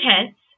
intense